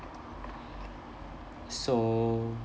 so